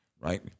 Right